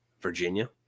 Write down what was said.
Virginia